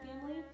family